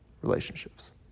relationships